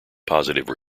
positive